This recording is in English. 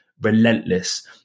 relentless